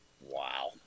Wow